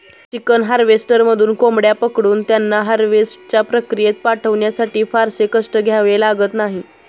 chicken हार्वेस्टरमधून कोंबड्या पकडून त्यांना हार्वेस्टच्या प्रक्रियेत पाठवण्यासाठी फारसे कष्ट घ्यावे लागत नाहीत